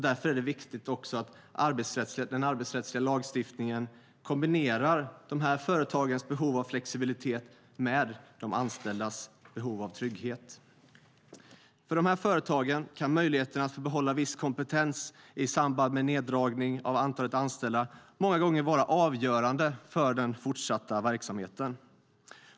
Därför är det viktigt att den arbetsrättsliga lagstiftningen kombinerar de här företagens behov av flexibilitet med de anställdas behov av trygghet. För de här företagen kan möjligheten att få behålla viss kompetens i samband med neddragning av antalet anställda många gånger vara avgörande för den fortsatta verksamheten.